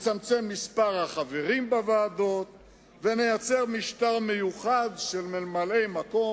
נצמצם את מספר החברים בוועדות ונייצר משטר מיוחד של ממלאי-מקום,